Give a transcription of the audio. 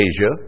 Asia